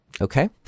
okay